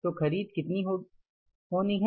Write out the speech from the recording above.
तो खरीद कितनी होगी है